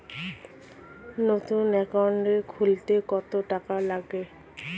নতুন একাউন্ট খুলতে কত টাকা লাগে?